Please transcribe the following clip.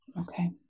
Okay